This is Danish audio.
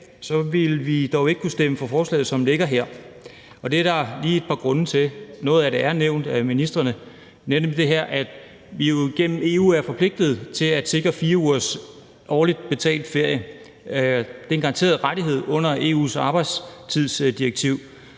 vil vi dog ikke kunne stemme for forslaget, som det ligger her. Og det er der lige et par grunde til. Noget af det er nævnt af ministrene, nemlig det her med, at vi jo igennem EU er forpligtede til at sikre 4 ugers betalt ferie årligt. Det er en garanteret rettighed under EU’s arbejdstidsdirektiv.